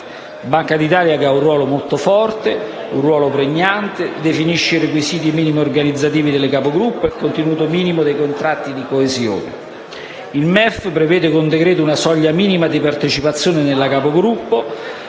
La Banca d'Italia ha un ruolo molto forte e pregnante perché definisce i requisiti minimi organizzativi della capogruppo e il contenuto minimo dei contratti di coesione. Il MEF prevede con decreto una soglia minima di partecipazione alla capogruppo